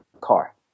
car